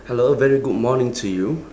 hello very good morning to you